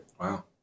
Wow